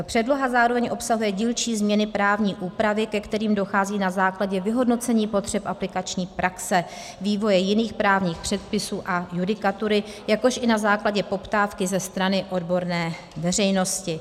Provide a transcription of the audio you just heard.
Předloha zároveň obsahuje dílčí změny právní úpravy, ke kterým dochází na základě vyhodnocení potřeb aplikační praxe, vývoje jiných právních předpisů a judikatury, jakož i na základě poptávky ze strany odborné veřejnosti.